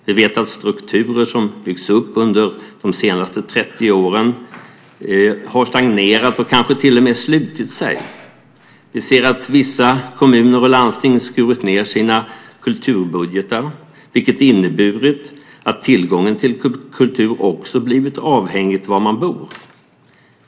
Vi vet att strukturer som byggts upp under de senaste 30 åren har stagnerat och kanske till och med slutit sig. Vi ser att vissa kommuner och landsting skurit ned sina kulturbudgetar, vilket inneburit att tillgången till kultur också blivit avhängig var man bor.